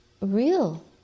real